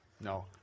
No